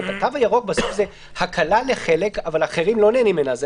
של דבר התו הירוק הוא הקלה לחלק מהאנשים אבל אחרים לא נהנים ממנה.